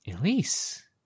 Elise